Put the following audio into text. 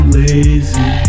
lazy